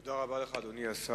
תודה רבה לך, אדוני השר.